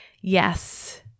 Yes